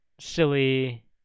silly